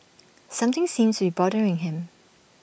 something seems to be bothering him